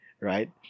right